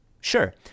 sure